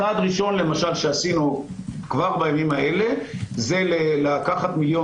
צעד ראשון למשל שעשינו כבר בימים האלה זה לקחת מיליון